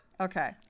okay